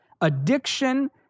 Addiction